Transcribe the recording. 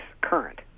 current